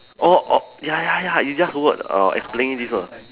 oh oh ya ya ya it's just word err explaining this word